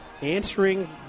answering